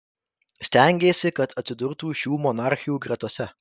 stengėsi kad atsidurtų šių monarchių gretose